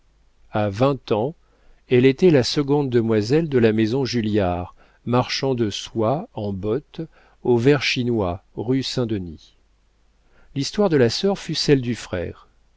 a vingt ans elle était la seconde demoiselle de la maison julliard marchand de soie en botte au ver chinois rue saint-denis l'histoire de la sœur fut celle du frère